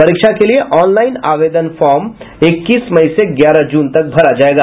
परीक्षा के लिए ऑनलाईन आवेदन फार्म इक्कीस मई से ग्यारह जून तक भरा जायेगा